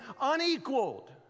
Unequaled